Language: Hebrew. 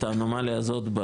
את האנומליה הזאת,